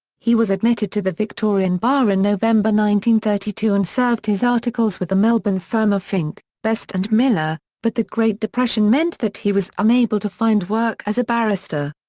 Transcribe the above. he was admitted to the victorian bar in november one thirty two and served his articles with the melbourne firm of fink, best and miller, but the great depression meant that he was unable to find work as a barrister.